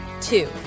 Two